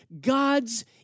God's